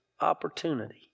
opportunity